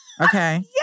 Okay